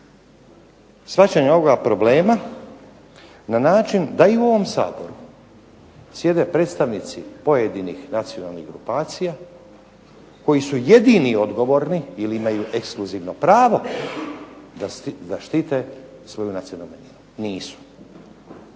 shvaćanja ovoga problema na način da i u ovom Saboru sjede predstavnici pojedinih nacionalnih grupacija koji su jedini odgovorni ili imaju ekskluzivno pravo da štite svoju nacionalnu manjinu. Nisu.